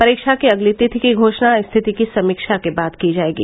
परीक्षा की अगली तिथि की घोषणा स्थिति की समीक्षा के बाद की जायेगी